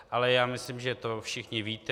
Ale já myslím, že to všichni víte.